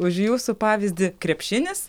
už jūsų pavyzdį krepšinis